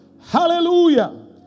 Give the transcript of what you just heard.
Hallelujah